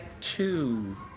two